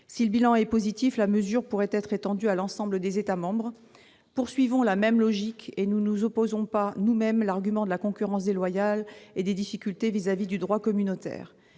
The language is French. Si le bilan est positif, la mesure pourrait être étendue à l'ensemble des États membres. Poursuivons la même logique, et n'opposons pas nous-mêmes l'argument de la concurrence déloyale et des difficultés vis-à-vis du droit communautaire